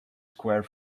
square